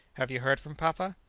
have you heard from papa?